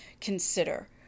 consider